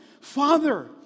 Father